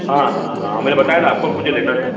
हाँ हाँ हाँ मैंने बताया था आपको कि मुझे लेना है